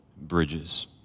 bridges